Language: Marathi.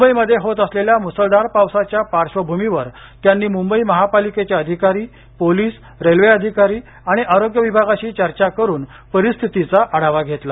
मुंबईमध्ये होत असलेल्या मुसळधार पावसाच्या पार्श्वभूमीवर त्यांनी मुंबई महापालिकेचे अधिकारी पोलिस रेल्वे अधिकारी आणि आरोग्य विभागाशी चर्चा करून परिस्थितीचा आढावा घेतला